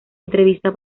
entrevista